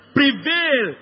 prevail